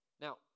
Now